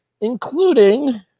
including